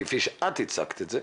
כפי שאת הצגת את זה,